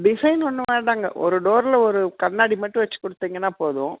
design ஒன்றும் வேண்டாங்க ஒரு டோரில் ஒரு கண்ணாடி மட்டும் வச்சு கொடுத்திங்கன்னா போதும்